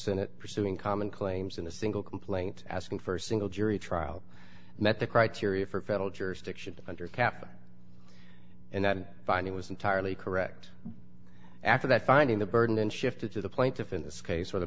senate pursuing common claims in a single complaint asking for a single jury trial met the criteria for federal jurisdiction under cap and that finding was entirely correct after that finding the burden shifted to the plaintiff in this case or the